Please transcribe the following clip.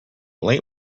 late